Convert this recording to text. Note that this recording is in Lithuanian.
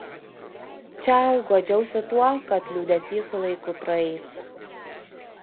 čiau guodžiausi tuo kad liūdesys su laiku praeis